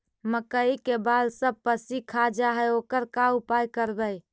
मकइ के बाल सब पशी खा जा है ओकर का उपाय करबै?